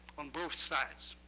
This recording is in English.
on both sides.